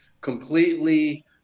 completely